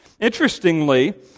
Interestingly